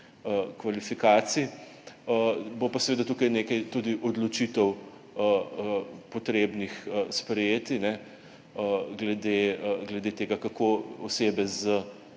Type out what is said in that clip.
kvalifikacij. Bo pa seveda tudi tukaj nekaj odločitev potrebno sprejeti glede tega, kako osebe z